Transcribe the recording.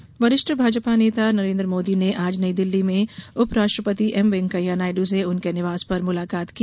मोदी नायडु वरिष्ठ भाजपा नेता नरेन्द्र मोदी ने आज नई दिल्ली में उप राष्ट्रपति एम वैंकैया नायडू से उनके निवास पर मुलाकात की